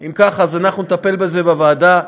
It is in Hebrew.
אם כך, אנחנו נטפל בזה בוועדה.